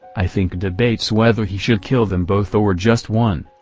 i think debates whether he should kill them both or just one.